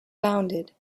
founded